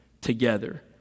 together